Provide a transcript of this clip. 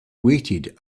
waited